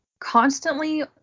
constantly